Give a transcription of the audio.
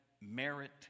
merit